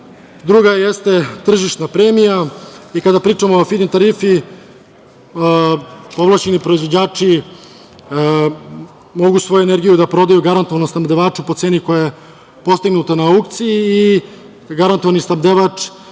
druga jeste tržišna premija. Kada pričamo o fid-in tarifi, ovlašćeni proizvođači mogu svoju energiju da prodaju garantovano snabdevaču po ceni koja je postignuta na aukciji i garantovani snabdevač